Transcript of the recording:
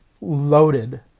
loaded